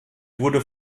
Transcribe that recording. wurde